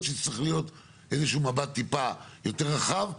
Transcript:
שיצטרך להיות איזשהו מבט טיפה יותר רחב,